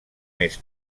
més